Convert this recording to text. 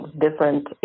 different